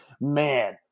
man